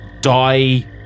die